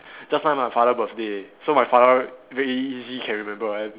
just nice my father birthday so my father very e~ easy can remember one